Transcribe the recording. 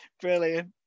Brilliant